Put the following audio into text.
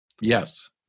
Yes